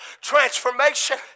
transformation